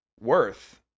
worth